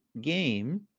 game